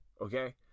okay